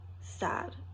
sad